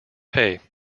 hey